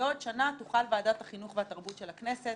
ובעוד שנה תוכל ועדת החינוך והתרבות של הכנסת